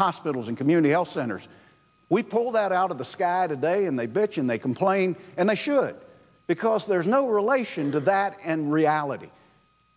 hospitals and community health centers we pull that out of the sky today and they bitch and they complain and i should because there is no relation to that and reality